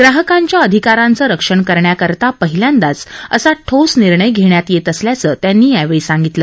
ग्राहकांच्या आधिकारांचं रक्षण करण्याकरता पहिल्यांदाच असा ठोस निर्णय घेण्यात येत असल्याचं त्यांनी यावेळी सांगितलं